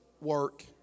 work